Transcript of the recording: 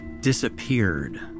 Disappeared